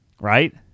right